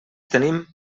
tenim